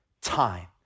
time